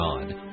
God